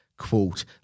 Quote